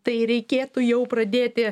tai reikėtų jau pradėti